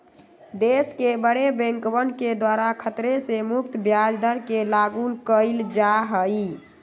देश के बडे बैंकवन के द्वारा खतरे से मुक्त ब्याज दर के लागू कइल जा हई